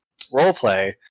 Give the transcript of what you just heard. roleplay